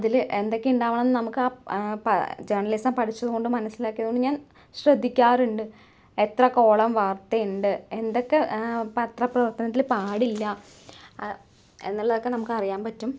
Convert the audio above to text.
അതില് എന്തൊക്കെ ഉണ്ടാകണം എന്ന് നമ്മുക്കാ ജേണലിസം പഠിച്ചതുകൊണ്ടും മനസിലാക്കിയതുകൊണ്ടും ഞാൻ ശ്രദ്ധിക്കാറുണ്ട് എത്ര കോളം വാർത്തയുണ്ട് എന്തൊക്കെ പത്രപ്രവർത്തനത്തില് പാടില്ല എന്നുള്ളതൊക്കെ നമ്മുക്കറിയാൻ പറ്റും